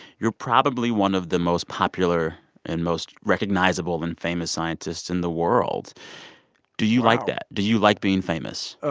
you're probably one of the most popular and most recognizable and famous scientists in the world wow do you like that? do you like being famous?